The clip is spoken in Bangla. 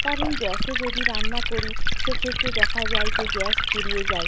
কারণ গ্যাসে যদি রান্না করি সেক্ষেত্রে দেখা যায় যে গ্যাস ফুরিয়ে যায়